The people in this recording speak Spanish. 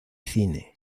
cine